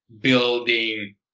building